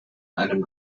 einem